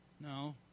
No